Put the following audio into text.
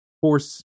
force